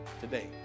today